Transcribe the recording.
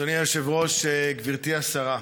אדוני היושב-ראש, גברתי השרה,